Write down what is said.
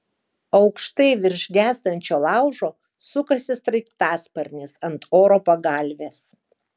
aukštai virš gęstančio laužo sukasi sraigtasparnis ant oro pagalvės